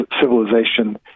civilization